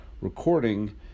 recording